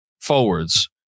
forwards